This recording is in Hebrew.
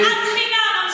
שנאת חינם.